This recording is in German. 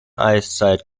eiszeit